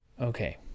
Okay